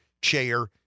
chair